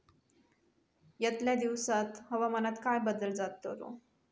यतल्या दिवसात हवामानात काय बदल जातलो?